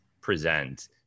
present